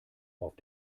auf